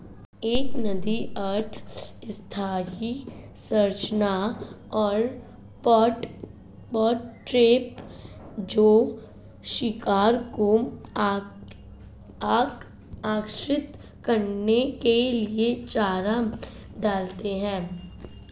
एक नदी अर्ध स्थायी संरचना और पॉट ट्रैप जो शिकार को आकर्षित करने के लिए चारा डालते हैं